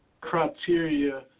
criteria